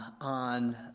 on